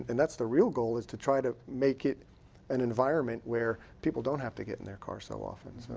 and that's the real goal is to try to make it an environment where people don't have to get in their cars so often.